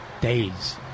days